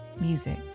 music